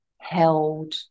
held